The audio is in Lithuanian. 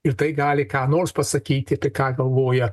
ir tai gali ką nors pasakyti tai ką galvoja